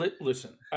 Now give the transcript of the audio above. listen